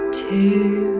two